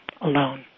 alone